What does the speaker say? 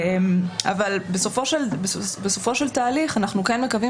אבל בסופו של תהליך אנחנו כן מקווים